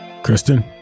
Kristen